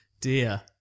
dear